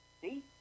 See